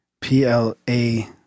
P-L-A